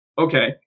okay